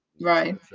right